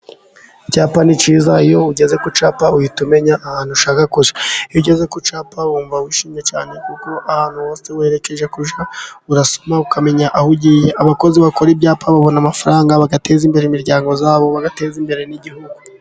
Icyapa ni cyiza. Iyo ugeze ku cyapa uhita umenya ahantu ushaka kujya. Iyo ugeze ku cyapa wumva wishimye cyane kuko ahantu werekeje kujya, urasoma ukamenya aho ugiye. Abakozi bakora ibyapa babona amafaranga bagateza imbere imiryango yabo bagateza imbere n'igihugu.